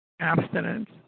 abstinence